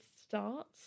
start